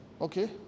Okay